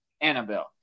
Annabelle